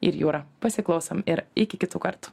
ir jūrą pasiklausom ir iki kitų kartų